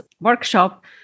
Workshop